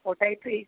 ওটাই তো এই